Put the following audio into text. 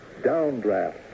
downdraft